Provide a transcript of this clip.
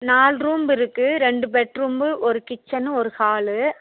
நாலு ரூம் இருக்குது ரெண்டு பெட் ரூமு ஒரு கிச்சனு ஒரு ஹாலு